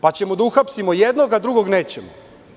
Pa ćemo da uhapsimo jednog, a drugog nećemo.